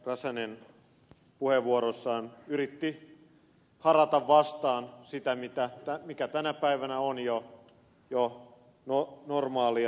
räsänen puheenvuorossaan yritti harata vastaan sitä mikä tänä päivänä on jo normaalia